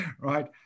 right